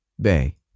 bay